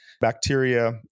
bacteria